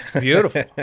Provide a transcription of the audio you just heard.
Beautiful